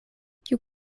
kiu